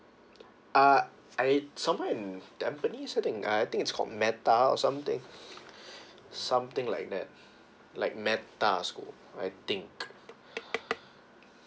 uh I somewhere in tampines I think I think it's called mata or something something like that like mata school I think